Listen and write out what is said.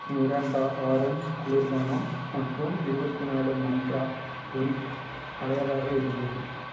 Mirinda orange குளிர்பானம் மற்றும் இருபத்தினாலு மந்த்ரா பொரி பழையதாக இருந்தது